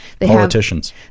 Politicians